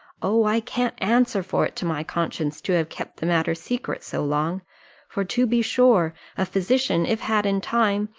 oh, i can't answer for it to my conscience, to have kept the matter secret so long for to be sure a physician, if had in time,